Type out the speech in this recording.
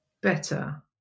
better